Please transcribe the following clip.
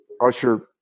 usher